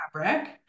fabric